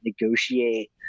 negotiate